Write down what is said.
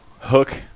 hook